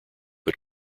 but